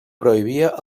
prohibia